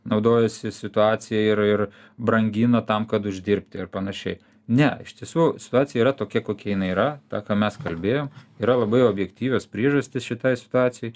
naudojasi situacija ir ir brangina tam kad uždirbti ir panašiai ne iš tiesų situacija yra tokia kokia jinai yra ta ką mes kalbėjom yra labai objektyvios priežastys šitai situacijai